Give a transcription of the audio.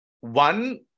one